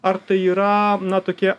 ar tai yra na tokie